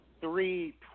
three